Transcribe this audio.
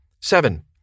Seven